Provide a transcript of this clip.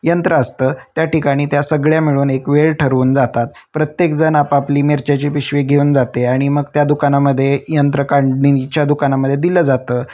यंत्र असतं त्या ठिकाणी त्या सगळ्या मिळून एक वेळ ठरवून जातात प्रत्येकजन आपापली मिरच्यांची पिशवी घेऊन जाते आणि मग त्या दुकानामध्ये यंत्रकांडणीच्या दुकानामध्ये दिलं जातं